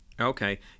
Okay